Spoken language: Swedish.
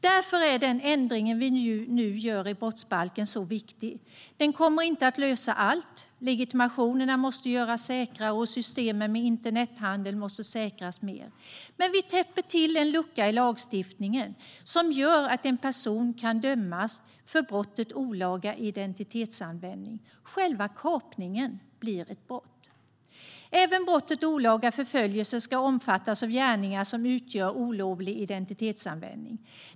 Därför är den ändring vi nu gör i brottsbalken viktig. Den kommer inte att lösa allt. Legitimationerna måste göras säkrare, och systemen med internethandel måste säkras i större omfattning. Men vi täpper till en lucka i lagstiftningen så att en person kan dömas för brottet olaga identitetsanvändning. Själva kapningen blir ett brott. Även brottet olaga förföljelse ska omfatta gärningar som utgör olovlig identitetsanvändning.